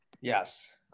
Yes